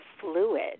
fluid